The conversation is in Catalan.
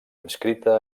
inscrita